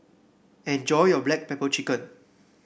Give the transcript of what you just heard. enjoy your Black Pepper Chicken